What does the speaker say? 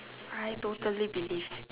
I totally believe